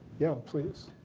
yeah, please?